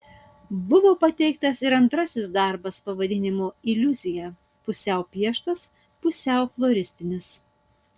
buvo pateiktas ir antrasis darbas pavadinimu iliuzija pusiau pieštas pusiau floristinis